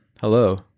hello